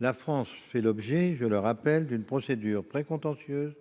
la France fait l'objet d'une procédure précontentieuse,